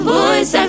voice